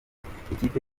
ikipe